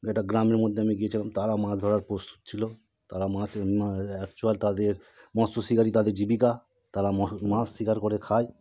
এটা গ্রামের মধ্যে আমি গিয়েছিলাম তারা মাচ ধরার প্রস্তুত ছিলো তারা মাচের আ অ্যাকচুয়াল তাদের মৎস শিকারই তাদের জীবিকা তারা মহ মাচ শিকার করে খায়